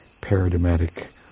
paradigmatic